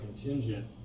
contingent